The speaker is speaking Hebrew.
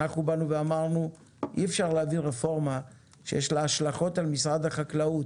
אנחנו אמרנו שאי אפשר להביא רפורמה שיש לה השלכות על משרד החקלאות.